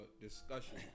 discussion